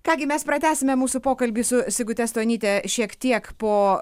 ką gi mes pratęsime mūsų pokalbį su sigute stonyte šiek tiek po